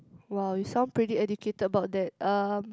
!wow! you sound pretty educated about that um